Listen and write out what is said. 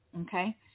okay